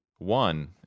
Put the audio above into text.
one